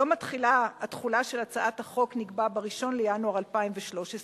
יום התחילה של הצעת החוק נקבע ל-1 בינואר 2013,